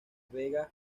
vegas